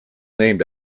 named